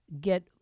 get